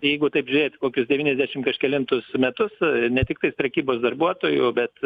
jeigu taip žiūrėti į kokius devyniasdešimt kažkelintus metus ne tiktai prekybos darbuotojų bet